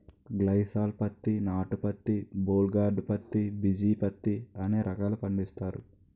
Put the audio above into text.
గ్లైసాల్ పత్తి నాటు పత్తి బోల్ గార్డు పత్తి బిజీ పత్తి అనే రకాలు పండిస్తారు